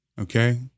Okay